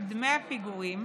דמי הפיגורים,